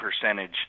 percentage